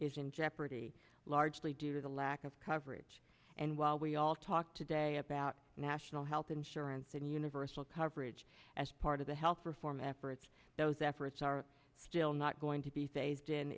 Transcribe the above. is in jeopardy largely due to the lack of coverage and while we all talk today about national health insurance and universal coverage as part of the health reform efforts those efforts are still not going to be phased in